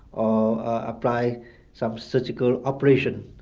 or ah by some surgical operation.